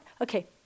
okay